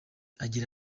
agira